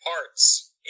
parts